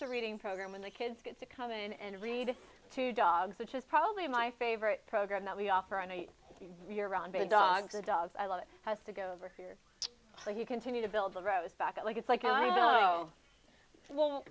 to reading program when the kids get to come in and read to dogs which is probably my favorite program that we offer an eight year run by a dog the dogs i love it has to go over here so you continue to build the road back like it's like